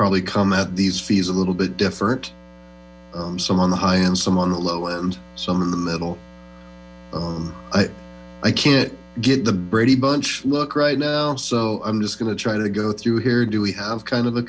probably come at these fees a little bit different some on the high end some on the low and some in the middle i can't get the brady bunch look right now so i'm just going to try to go through here do we have kind of a